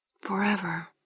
forever